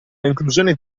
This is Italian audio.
inclusione